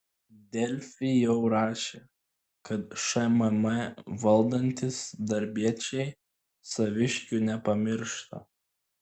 delfi jau rašė kad šmm valdantys darbiečiai saviškių nepamiršta